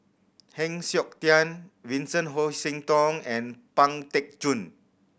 Heng Siok Tian Vincent Hoisington and Pang Teck Joon